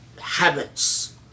habits